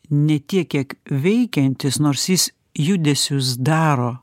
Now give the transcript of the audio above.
ne tiek kiek veikiantis nors jis judesius daro